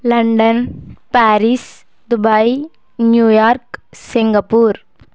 London Paris Dubai New York Singapore